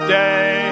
day